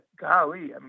golly